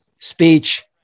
speech